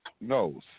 No